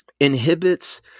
inhibits